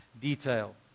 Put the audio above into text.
detail